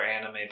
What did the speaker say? anime